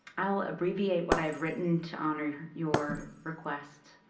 i will abbreviate what i have written to honor your request.